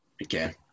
Again